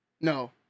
No